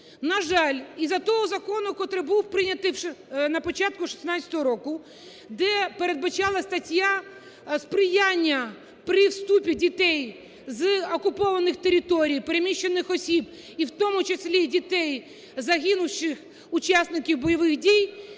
На жаль, із-за того закону, котрий був прийнятий на початку 2016 року, де передбачалась стаття сприяння при вступі дітей з окупований територій, переміщених осіб і в тому числі дітей загинувших учасників бойових дій